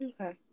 Okay